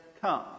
come